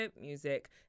music